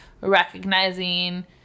recognizing